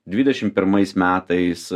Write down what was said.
dvidešim pirmais metais